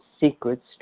secrets